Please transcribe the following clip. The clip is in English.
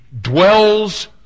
dwells